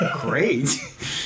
Great